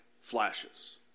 flashes